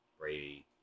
Brady